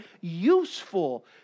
useful